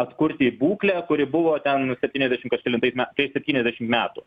atkurti būklę kuri buvo ten septyniasdešimt kažkelintais metais